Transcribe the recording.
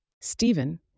Stephen